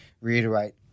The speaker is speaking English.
reiterate